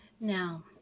Now